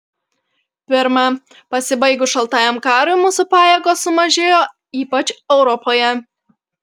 pirma pasibaigus šaltajam karui mūsų pajėgos sumažėjo ypač europoje